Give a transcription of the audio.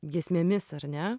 giesmėmis ar ne